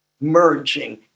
merging